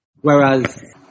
Whereas